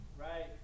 Right